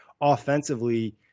offensively